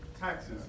taxes